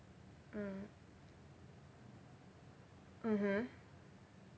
mm mmhmm